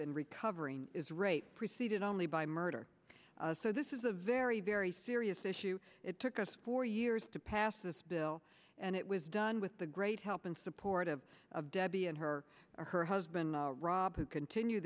life and recovering is rape preceded only by murder so this is a very very serious issue it took us four years to pass this bill and it was done with the great help and support of debbie and her her husband rob who continue